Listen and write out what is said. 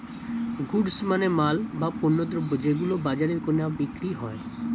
goods মানে মাল, বা পণ্যদ্রব যেগুলো বাজারে কেনা বিক্রি হয়